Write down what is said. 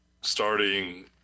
starting